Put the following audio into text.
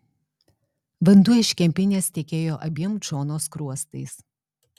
vanduo iš kempinės tekėjo abiem džono skruostais